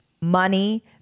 money